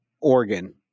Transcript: organ